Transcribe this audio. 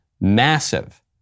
massive